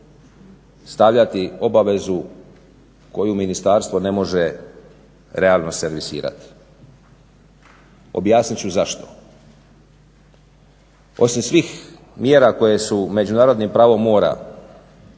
stavljati obavezu koju ministarstvo ne može realno servisirati. Objasnit ću zašto. Osim svih mjera koje su međunarodnim pravom mora